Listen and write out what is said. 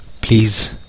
Please